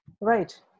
Right